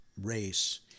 race